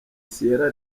sierra